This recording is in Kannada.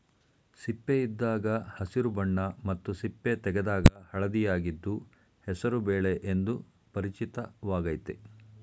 ಸಿಪ್ಪೆಯಿದ್ದಾಗ ಹಸಿರು ಬಣ್ಣ ಮತ್ತು ಸಿಪ್ಪೆ ತೆಗೆದಾಗ ಹಳದಿಯಾಗಿದ್ದು ಹೆಸರು ಬೇಳೆ ಎಂದು ಪರಿಚಿತವಾಗಯ್ತೆ